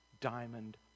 diamond